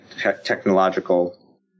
technological